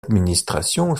administration